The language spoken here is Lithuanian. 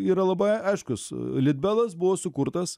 yra labai aiškus litbelas buvo sukurtas